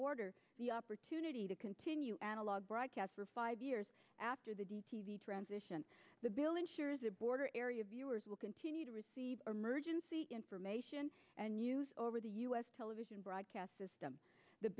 border the opportunity to continue analog broadcast for five years after the transition the bill ensures the border area viewers will continue to receive emergency information and news over the us television broadcast system the